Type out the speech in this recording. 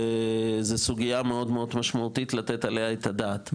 זו סוגיה מאוד מאוד משמעותית שצריך לתת עליה את הדעת.